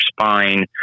spine